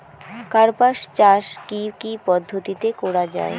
কার্পাস চাষ কী কী পদ্ধতিতে করা য়ায়?